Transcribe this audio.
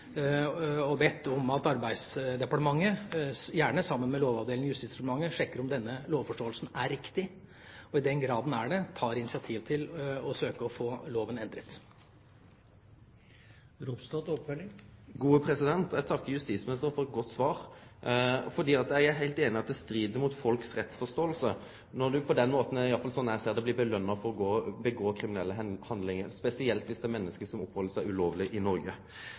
bedt om at Arbeidsdepartementet, gjerne sammen med lovavdelingen i Justisdepartementet, sjekker om denne lovforståelsen er riktig, og i den grad den er det, tar initiativ til å søke å få loven endret. Eg takkar justisministeren for eit godt svar. Eg er heilt einig i at det strir mot folks rettsforståing når ein på den måten, i alle fall slik eg ser det, blir påskjøna for å gjere kriminelle handlingar, spesielt viss det er menneske som oppheld seg ulovleg i Noreg.